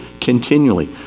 continually